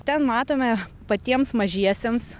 ten matome patiems mažiesiems